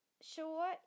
sure